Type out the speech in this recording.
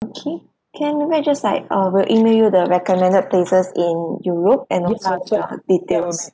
okay can we'll just like uh we'll email you the recommended places in europe and also the details